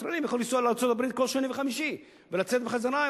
ישראלים היו יכולים לנסוע לארצות-הברית כל שני וחמישי ולצאת בחזרה.